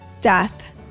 death